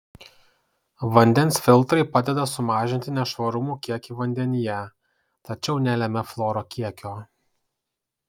vandens filtrai padeda sumažinti nešvarumų kiekį vandenyje tačiau nelemia fluoro kiekio